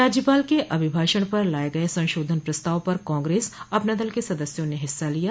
राज्यपाल के अभिभाषण पर लाये गये संशोधन प्रस्ताव पर कांग्रेस अपना दल के सदस्यों ने हिस्सा लिया